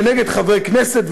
ונגד חברי כנסת,